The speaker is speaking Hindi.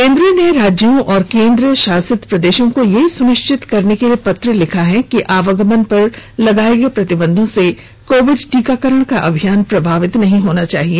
केन्द्र ने राज्यों और केन्द्र शासित प्रदेशों को यह सुनिश्चित करने के लिए पत्र लिखा है कि आवागमन पर लगाए गए प्रतिबंधों से कोविड टीकाकरण का अभियान प्रभावित नहीं होना चाहिए